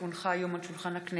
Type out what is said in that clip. כי הונחו היום על שולחן הכנסת,